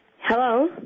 Hello